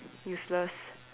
useless